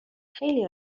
خیلی